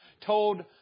told